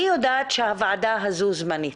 אני יודעת שהוועדה הזאת זמנית,